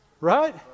Right